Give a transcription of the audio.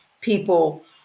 people